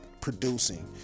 producing